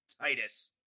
Titus